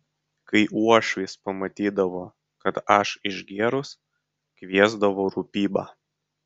kai uošvis pamatydavo kad aš išgėrus kviesdavo rūpybą